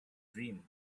dreams